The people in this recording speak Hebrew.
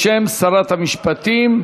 בשם שרת המשפטים.